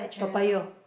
Toa-Payoh